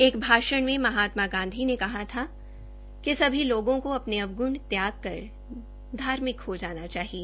एक भाषण में महात्मा गांधी ने कहा था कि सभी लोगों को अपने अवग्ण त्याग कर धार्म्रिक हो जाना चाहिए